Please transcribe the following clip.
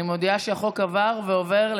הצעת החוק עברה,